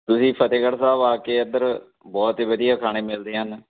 ਤੁਸੀਂ ਫਤਿਹਗੜ੍ਹ ਸਾਹਿਬ ਆ ਕੇ ਇੱਧਰ ਬਹੁਤ ਹੀ ਵਧੀਆ ਖਾਣੇ ਮਿਲਦੇ ਹਨ